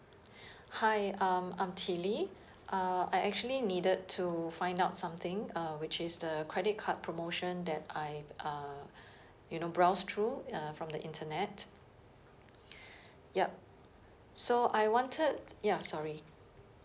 hi um I'm tilly uh I actually needed to find out something uh which is the credit card promotion that I uh you know browse through uh from the internet ya so I wanted ya sorry